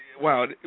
wow